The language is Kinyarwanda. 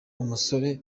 umusore